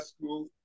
school